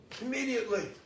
Immediately